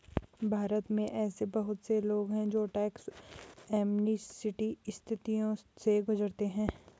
भारत में ऐसे बहुत से लोग हैं जो टैक्स एमनेस्टी स्थितियों से गुजरते हैं